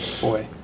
Boy